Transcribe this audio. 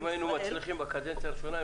אם היינו מצליחים בקדנציה הראשונה,